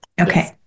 Okay